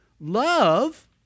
love